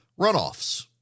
runoffs